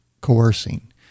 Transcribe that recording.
coercing